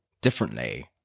differently